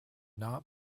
not